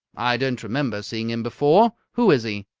i don't remember seeing him before. who is he?